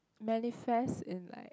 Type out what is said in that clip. manifest in like